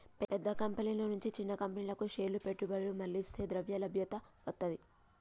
పెద్ద కంపెనీల నుంచి చిన్న కంపెనీలకు షేర్ల పెట్టుబడులు మళ్లిస్తే ద్రవ్యలభ్యత వత్తది